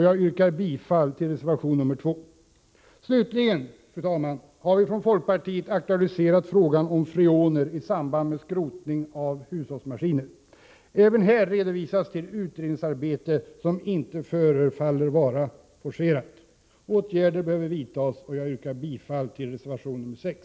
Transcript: Jag yrkar bifall till reservation nr 2. Slutligen, fru talman, har vi från folkpartiet aktualiserat frågan om freoner i samband med skrotning av hushållsmaskiner. Även här hänvisas till utredningsarbete som inte förefaller vara forcerat. Åtgärder behöver vidtas, och jag yrkar bifall till reservation 6.